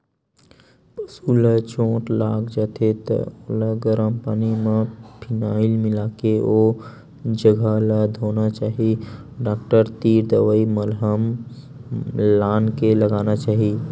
पसु ल चोट लाग जाथे त ओला गरम पानी म फिनाईल मिलाके ओ जघा ल धोना चाही डॉक्टर तीर दवई मलहम लानके लगाना चाही